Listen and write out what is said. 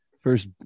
first